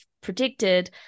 predicted